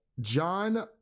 John